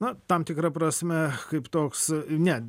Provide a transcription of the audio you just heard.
na tam tikra prasme kaip toks ne